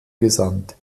gesandt